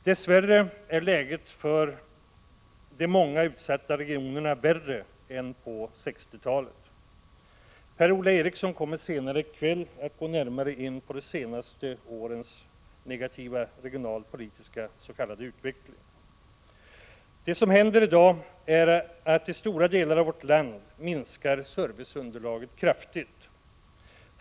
Dess värre är läget för de många utsatta regionerna värre än på 1960-talet. Per-Ola Eriksson kommer senare i kväll att gå närmare in på de senaste årens negativa regionalpolitiska s.k. utveckling. Det som händer i dag är att i stora delar av vårt land serviceunderlaget minskar kraftigt.